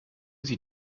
sie